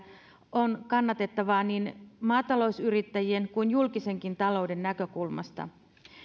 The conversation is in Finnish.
on kannatettavaa niin maatalousyrittäjien kuin julkisenkin talouden näkökulmasta